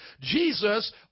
Jesus